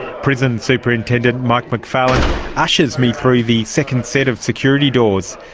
prison superintendent mike macfarlane ushers me through the second set of security doors.